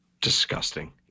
Disgusting